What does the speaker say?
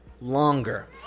longer